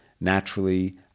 Naturally